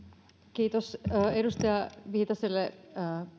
kiitos edustaja viitaselle